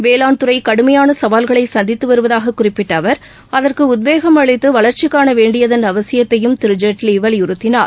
வேளாண் துறை கடுமையான சவால்களை சந்தித்து வருவதாக குறிப்பிட்ட அவர் அகற்கு உத்வேகம் அளித்து வளர்ச்சி காண வேண்டியதன் அவசியத்தையும் திரு ஜேட்லி வலியுறுத்தினார்